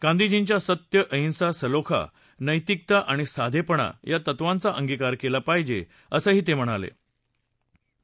गांधीजींच्या सत्य अहिंसा सलोखा नैतिकता आणि साधेपणा या तत्त्वांचा अंगिकार केला पाहिजे असं त्यांनी म्हटलंय